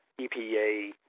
EPA